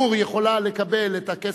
ש"עמיגור" יכולה לקבל את הכסף.